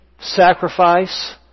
sacrifice